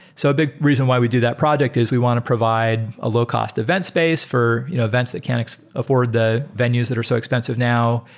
so a big reason why we do that project is we want to provide a low-cost event space for events that can afford the venues that are so expensive now.